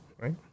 right